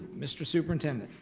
mr. superintendent?